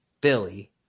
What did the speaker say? Billy